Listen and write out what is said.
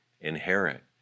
inherit